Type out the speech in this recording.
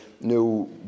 no